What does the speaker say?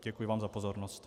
Děkuji vám za pozornost.